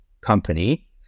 company